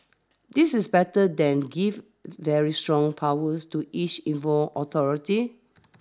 this is better than give very strong powers to each involved authority